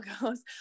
goes